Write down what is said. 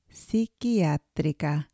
psiquiátrica